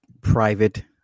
private